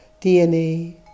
DNA